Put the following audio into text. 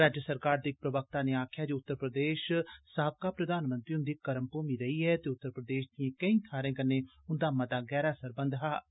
राज्य सरकार दे इक प्रवक्ता नै आक्खेया ऐ जे उत्तर प्रदेश साबका प्रधानमंत्री हुन्दी कर्मभूमि रेही ऐ ते उत्तर प्रदेश्र दिएं केंई थ्हारें कन्नै उन्दा मता गैहरा सरबंध रेहा ऐ